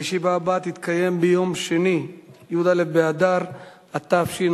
הישיבה הבאה תתקיים ביום שני, י"א באדר התשע"ב,